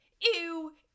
ew